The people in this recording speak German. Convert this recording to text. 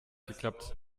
geklappt